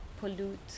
pollute